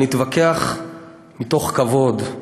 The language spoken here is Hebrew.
אבל נתווכח מתוך כבוד.